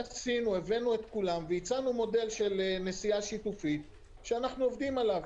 הבאנו את כולם והצענו מודל של נסיעה שיתופית שאנחנו עובדים עליו.